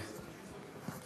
מה עם "הפועל תל-אביב"?